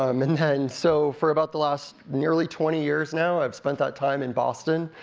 um and then, so for about the last nearly twenty years now, i've spent that time in boston,